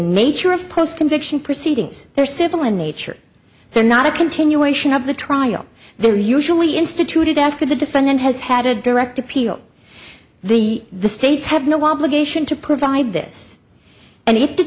nature of post conviction proceedings or civil in nature they're not a continuation of the trial they're usually instituted after the defendant has had a direct appeal the the states have no obligation to provide this and i